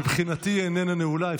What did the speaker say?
למה נעולה?